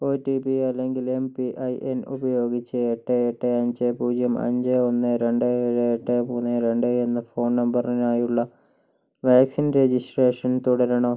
O T P അല്ലെങ്കിൽ M P I N ഉപയോഗിച്ച് എട്ട് എട്ട് അഞ്ച് പൂജ്യം അഞ്ച് ഒന്ന് രണ്ട് ഏഴ് എട്ട് മൂന്ന് രണ്ട് എന്ന ഫോൺ നമ്പറിനായുള്ള വാക്സിൻ രജിസ്ട്രേഷൻ തുടരണോ